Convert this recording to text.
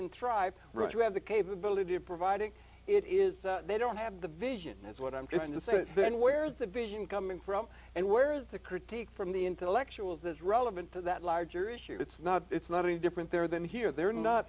and thrive to have the capability of providing it is they don't have the vision is what i'm trying to say then where is the vision coming from and where the critique from the intellectuals is relevant to that larger issue that's not it's not any different there than here they're not